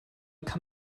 kann